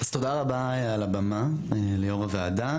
אז תודה רבה על הבמה ליו"ר הוועדה,